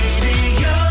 Radio